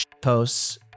posts